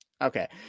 okay